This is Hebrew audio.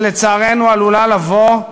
שלצערנו עלולה לבוא?